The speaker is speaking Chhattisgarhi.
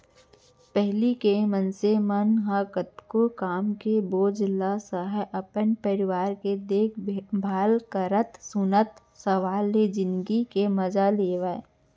पहिली के मनसे मन कतको काम के झेल ल सहयँ, अपन परिवार के देखभाल करतए सुनता सलाव ले जिनगी के मजा लेवयँ